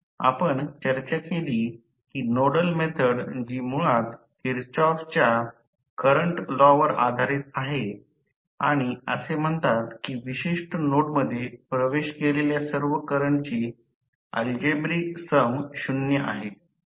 आपण चर्चा केली की नोडल मेथड जी मुळात किर्चॉफच्या करंट लॉ वर आधारित आहे आणि असे म्हणतात की विशिष्ट नोडमध्ये प्रवेश केलेल्या सर्व करंटची अल्जेब्रिक सम शून्य आहे